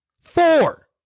Four